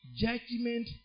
judgment